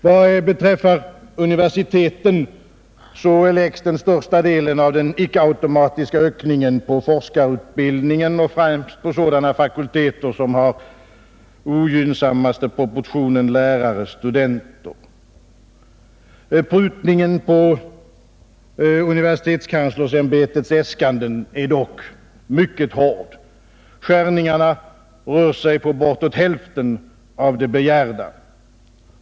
Vad beträffar universiteten läggs den första delen av den icke-automatiska ökningen på forskarutbildningen, främst på sådana fakulteter som har den ogynnsammaste proportionen lärare—studenter. Prutningen på universitetskanslersämbetets äskanden är mycket hård. Nedskärningarna rör sig om bortåt hälften av det begärda.